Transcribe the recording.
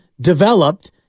developed